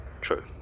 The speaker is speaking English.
True